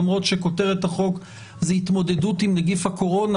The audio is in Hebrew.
למרות שכותרת החוק זו התמודדות עם נגיף הקורונה